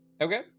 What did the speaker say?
okay